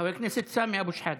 חבר הכנסת סמי אבו שחאדה,